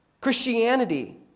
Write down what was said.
Christianity